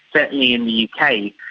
certainly in the kind of